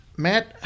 Matt